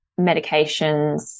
medications